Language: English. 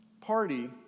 party